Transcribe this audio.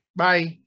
bye